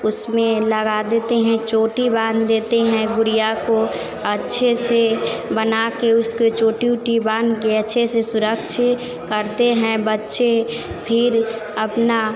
उसमें लगा देते हैं चोटी बान देते हैं गुड़िया को अच्छे से बनाकर उसकी चोटी ऊटी बानकर अच्छे से सुरक्षित करते हैं बच्चे फिर अपना